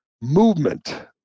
movement